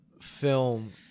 film